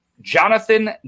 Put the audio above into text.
Jonathan